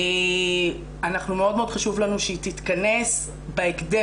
מאוד חשוב לנו שהיא תתכנס בהקדם.